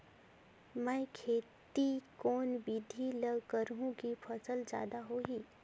मै खेती कोन बिधी ल करहु कि फसल जादा होही